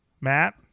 Matt